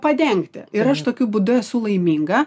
padengti ir aš tokiu būdu esu laiminga